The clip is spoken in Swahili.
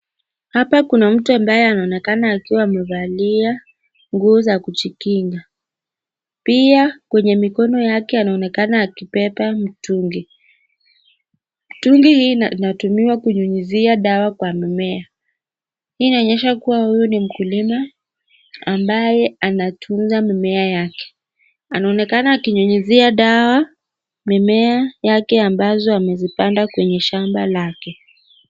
Hapa kuna mtu anaonekana akiwa amevalia nguo za kujikinga. Pia kwenye mkono wake anaonekana akibeba mtungi. Mtungi hii unatumiwa kunyunyizia dawa kwa mimmea. Hii unaonyesha kuwa huyu ni mkulima ambaye anatunza mimmea yake. Anaonekana akinyunyizia dawa mimmea yake ambazo amezipznda kwenye shamba lake.